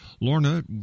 Lorna